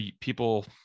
people